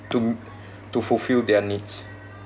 to to fulfil their needs